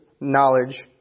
knowledge